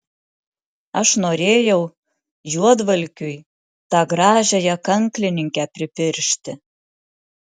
aš norėjau juodvalkiui tą gražiąją kanklininkę pripiršti